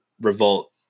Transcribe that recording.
revolt